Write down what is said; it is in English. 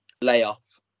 layoff